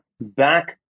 Back